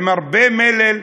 עם הרבה מלל,